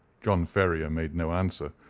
john ferrier made no answer,